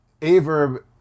Averb